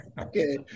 Okay